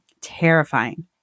Terrifying